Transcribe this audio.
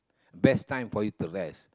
best time for you to rest